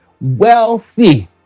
wealthy